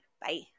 Bye